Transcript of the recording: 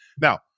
Now